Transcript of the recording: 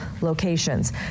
locations